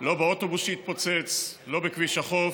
לא באוטובוס שהתפוצץ, לא בכביש החוף,